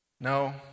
No